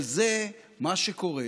אבל זה מה שקורה